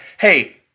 hey